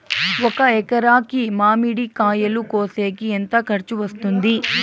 ఒక ఎకరాకి మామిడి కాయలు కోసేకి ఎంత ఖర్చు వస్తుంది?